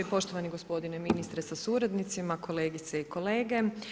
Poštovani gospodine ministre sa suradnicima, kolegice i kolege.